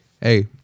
Hey